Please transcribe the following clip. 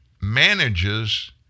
manages